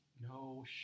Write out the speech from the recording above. No